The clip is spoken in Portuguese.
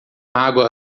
água